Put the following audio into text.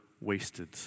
wasted